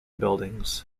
buildings